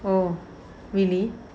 oh really